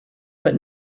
but